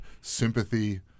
sympathy